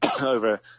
Over